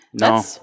no